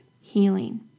healing